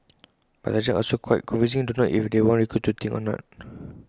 but sergeants are also quite confusing don't know if they want recruits to think or not